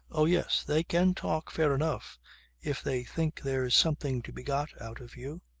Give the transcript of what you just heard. oh yes, they can talk fair enough if they think there's something to be got out of you.